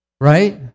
Right